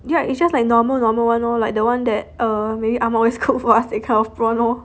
yeah it's just like normal normal one orh like the one that uh ah-ma always cook for us that kind of prawn loh